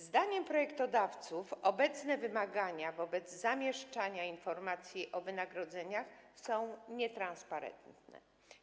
Zdaniem projektodawców obecne wymagania dotyczące zamieszczania informacji o wynagrodzeniach są nietransparentne.